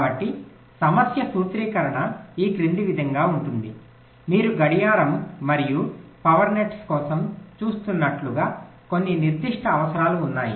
కాబట్టి సమస్య సూత్రీకరణ ఈ క్రింది విధంగా ఉంటుంది మీరు గడియారం మరియు పవర్ నెట్స్ కోసం చూస్తున్నట్లుగా కొన్ని నిర్దిష్ట అవసరాలు ఉన్నాయి